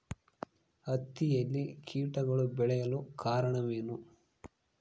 ಹತ್ತಿಯಲ್ಲಿ ಕೇಟಗಳು ಬೇಳಲು ಕಾರಣವೇನು?